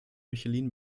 michelin